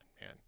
man